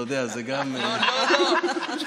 אתה יודע, זה גם, לא לא לא.